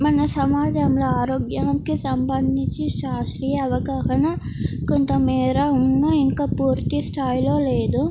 మన సమాజంలో ఆరోగ్యానికి సంబంధించి శాస్త్రీయ అవగాహన కొంతమేర ఉన్నా ఇంకా పూర్తి స్థాయిలో లేదు